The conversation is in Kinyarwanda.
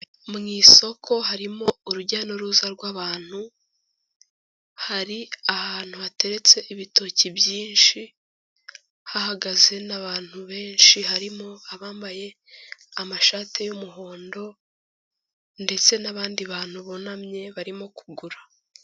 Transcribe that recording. Mu isoko harimo urujya n'uruza rw'abantu, hari ahantu hateretse ibitoki byinshi, hahagaze n'abantu benshi, harimo abambaye amashati y'umuhondo ndetse n'abandi bantu bunamye barimo kugura.